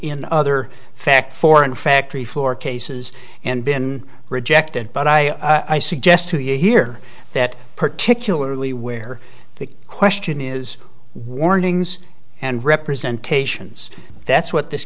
in other fact foreign factory floor cases and been rejected but i i suggest to you here that particularly where the question is warnings and representation that's what this